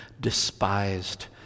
despised